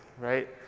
right